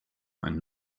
ein